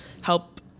help